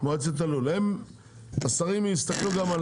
השרים יסתכלו ,